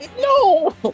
No